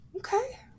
okay